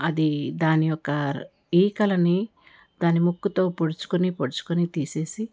అది దాని యొక్క ఈకలని దాని ముక్కుతో పొడుచుకుని పొడుచుకుని తీసేసి